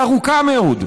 היא ארוכה מאוד.